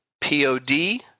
P-O-D